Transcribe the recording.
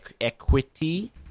equity